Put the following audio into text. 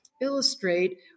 illustrate